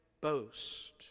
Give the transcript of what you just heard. boast